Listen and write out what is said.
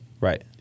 Right